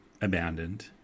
abandoned